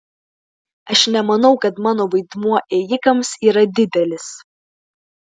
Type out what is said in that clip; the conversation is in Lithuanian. aš nemanau kad mano vaidmuo ėjikams yra didelis